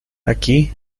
aquí